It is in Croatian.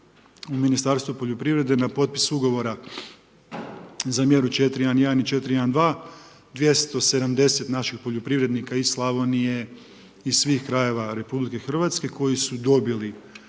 u Ministarstvo poljoprivrede na potpis ugovora za mjeru 4.1.1. i 4.1.2., 270 naših poljoprivrednika iz Slavonije, iz svih krajeva RH koji su dobili